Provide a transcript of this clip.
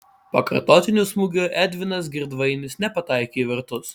pakartotiniu smūgiu edvinas girdvainis nepataikė į vartus